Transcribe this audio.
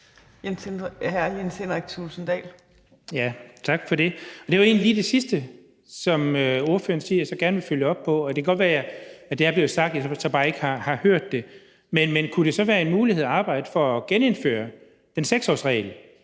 egentlig lige det sidste, som ordføreren sagde, jeg gerne vil følge op på. Det kan godt være, det er blevet sagt, og at jeg så bare ikke har hørt det, men kunne det så være en mulighed at arbejde for at genindføre den 6-årsregel,